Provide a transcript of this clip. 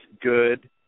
good